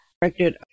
directed